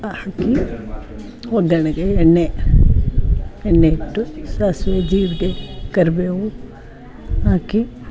ಹಾಕಿ ಒಗ್ಗರಣೆಗೆ ಎಣ್ಣೆ ಎಣ್ಣೆ ಇಟ್ಟು ಸಾಸಿವೆ ಜೀರಿಗೆ ಕರಿಬೇವು ಹಾಕಿ